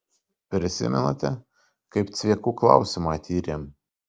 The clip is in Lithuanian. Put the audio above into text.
prisimenate kaip cviekų klausimą tyrėm